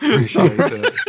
Sorry